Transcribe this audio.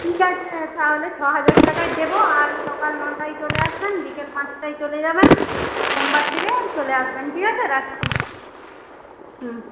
ঠিক আছে তাহলে ছ হাজার টাকাই দেব আর সকাল নটায় চলে আসবেন বিকেল পাঁচটায় চলে যাবেন সোমবার থেকে চলে আসবেন ঠিক আছে রাখছি হুম